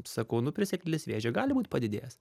sakau nu prie sėklidės vėžio gali būt padidėjęs